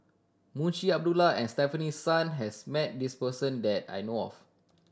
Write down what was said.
Munshi Abdullah and Stefanie Sun has met this person that I know of